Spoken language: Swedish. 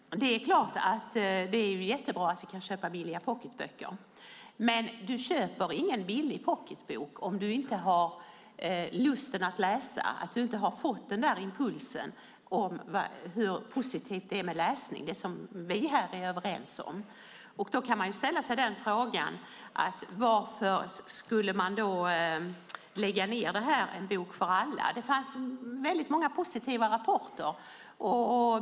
Det är jättebra att vi kan köpa billiga pocketböcker. Men du köper ingen billig pocketbok om du inte har lusten att läsa och har fått impulsen om hur positivt det är med läsning, något som vi här är överens om. Man kan ställa sig frågan: Varför skulle man lägga ned En bok för alla? Det fanns väldigt många positiva rapporter.